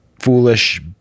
foolish